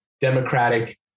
Democratic